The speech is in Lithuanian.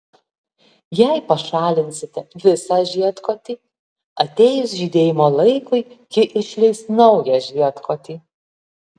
jei pašalinsite visą žiedkotį atėjus žydėjimo laikui ji išleis naują žiedkotį